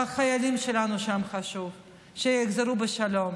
החיילים שלנו שם חשובים, שיחזרו בשלום,